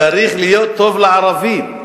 צריך להיות טוב לערבים.